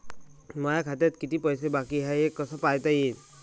माया खात्यात कितीक पैसे बाकी हाय हे कस पायता येईन?